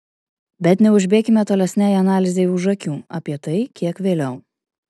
bet neužbėkime tolesnei analizei už akių apie tai kiek vėliau